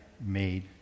made